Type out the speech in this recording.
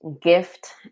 gift